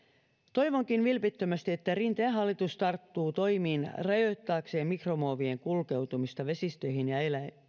toivonkin vilpittömästi että rinteen hallitus tarttuu toimiin rajoittaakseen mikromuovien kulkeutumista vesistöihin ja